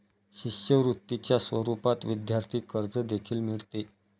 शिष्यवृत्तीच्या स्वरूपात विद्यार्थी कर्ज देखील मिळते